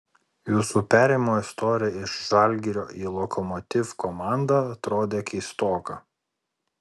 jūsų perėjimo istorija iš žalgirio į lokomotiv komandą atrodė keistoka